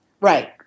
Right